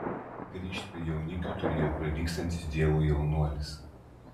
grįžt prie jaunikių turėjo prilygstantis dievui jaunuolis